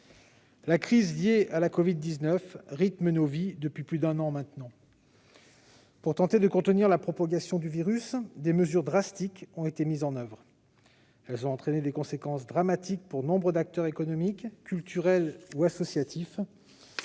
La crise liée à la covid-19 rythme nos vies depuis plus d'un an maintenant. Pour tenter de contenir la propagation du virus, des mesures drastiques ont été mises en oeuvre. Elles ont eu des conséquences dramatiques pour nombre d'acteurs économiques, culturels ou associatifs